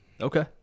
Okay